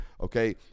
okay